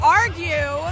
argue